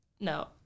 no